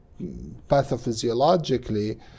pathophysiologically